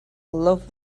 love